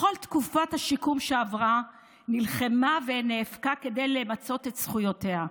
בכל תקופת השיקום שעברה נלחמה ונאבקה כדי למצות את זכויותיה,